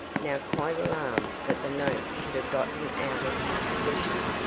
now quite alarmed that the note should have gotten out of his possession.